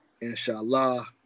Inshallah